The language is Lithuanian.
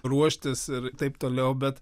ruoštis ir taip toliau bet